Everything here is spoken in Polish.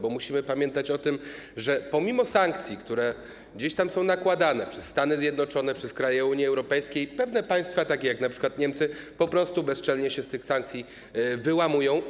Bo musimy pamiętać o tym, że pomimo sankcji, które gdzieś tam są nakładane przez Stany Zjednoczone, przez kraje Unii Europejskiej, pewne państwa, takie jak np. Niemcy, po prostu bezczelnie się z tych sankcji wyłamują.